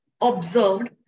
observed